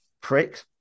prick